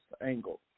angle